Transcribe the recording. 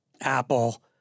Apple